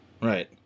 Right